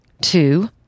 Two